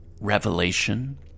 revelation